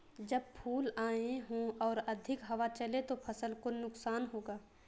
जब फूल आए हों और अधिक हवा चले तो फसल को नुकसान होगा?